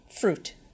fruit